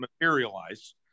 materialize